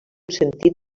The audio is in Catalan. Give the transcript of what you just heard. sentit